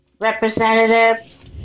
representative